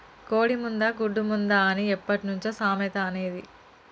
కోడి ముందా, గుడ్డు ముందా అని ఎప్పట్నుంచో సామెత అనేది